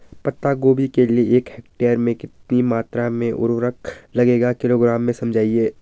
पत्ता गोभी के लिए एक हेक्टेयर में कितनी मात्रा में उर्वरक लगेगा किलोग्राम में समझाइए?